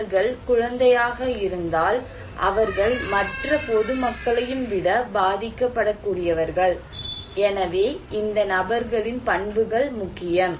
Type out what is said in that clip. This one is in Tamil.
அவர்கள் குழந்தைகளாக இருந்தால் அவர்கள் மற்ற பொது மக்களையும் விட பாதிக்கப்படக்கூடியவர்கள் எனவே இந்த நபர்களின் பண்புகள் முக்கியம்